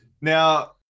Now